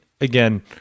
again